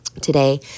today